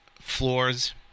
floors